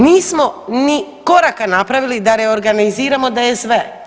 Nismo ni koraka napravili da reorganiziramo DSV.